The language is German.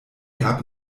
gab